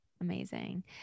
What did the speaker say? Amazing